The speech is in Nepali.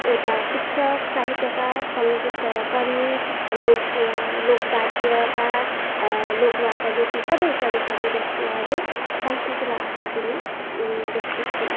एउटा शिक्षक साहित्यकार सङ्गीतकर्मी लोक लोकवाद्यकार लोकवार्ताविद यी सबै सबै सबै व्यक्तिहरू संस्कृतिलाई आकार दिने व्यक्ति हुन्